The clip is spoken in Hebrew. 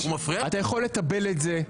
אתה יכול לתבל את זה,